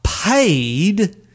Paid